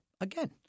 again